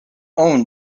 own